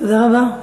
תודה רבה.